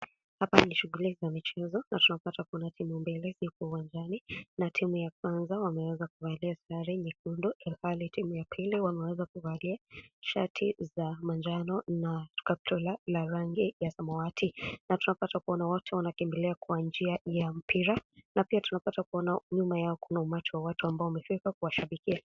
Hapa ni shughuli za michezo na tunapata kuona timu mbili ziko uwanjani na timu ya kwanza wameweza kuvalia sare nyekundu na pale timu ya pili wameweza kuvalia shati za manjano na kaptura za rangi ya samawati na tunapata kuona watu wanakimbilia kwa njia ya mpira na pia tunapata kuona nyum ayao kuna umati wa watu ambao wamefika kuwashabikia.